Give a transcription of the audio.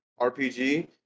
RPG